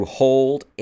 hold